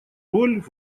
роль